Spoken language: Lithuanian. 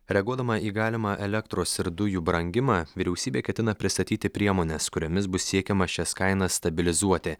reaguodama į galimą elektros ir dujų brangimą vyriausybė ketina pristatyti priemones kuriomis bus siekiama šias kainas stabilizuoti